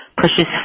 pushes